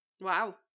Wow